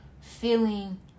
feeling